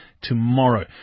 tomorrow